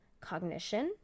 cognition